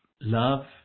love